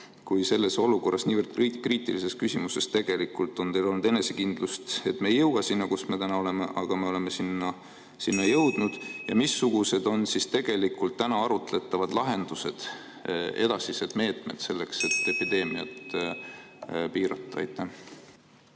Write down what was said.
kui selles olukorras niivõrd kriitilises küsimuses on teil olnud enesekindlust, et me ei jõua sinna, kus me täna oleme, aga me oleme sinna jõudnud? Ja missugused on nüüd arutatavad lahendused, edasised meetmed selleks, et epideemiat piirata? Aitäh!